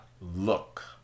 look